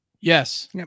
Yes